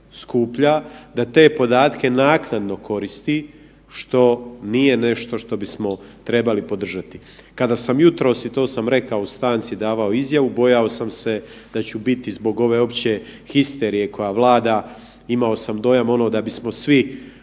da te podatke naknadno koristi, što nije nešto što bismo trebali podržati. Kada sam jutros, i to sam rekao u stanci, davao izjavu, bojao sam se da ću biti zbog ove opće histerije koja vlada, imao sam dojam ono da bismo svi